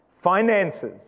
finances